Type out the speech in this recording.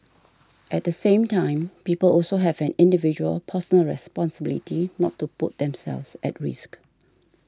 at the same time people also have an individual personal responsibility not to put themselves at risk